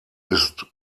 ist